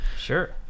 Sure